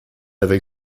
avec